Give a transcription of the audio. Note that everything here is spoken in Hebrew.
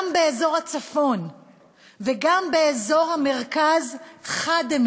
גם באזור הצפון וגם באזור המרכז חד הם,